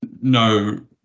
no